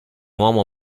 uomo